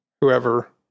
whoever